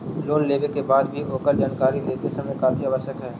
loan लेवे के बाद भी ओकर जानकारी लेते रहना काफी आवश्यक हइ